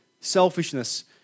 Selfishness